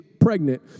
pregnant